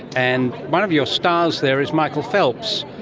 and one of your stars there is michael phelps,